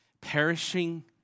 perishing